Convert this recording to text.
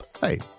Hey